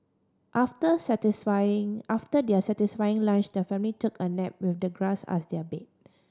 after satisfying after their satisfying lunch the family took a nap with the grass as their bed